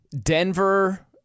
Denver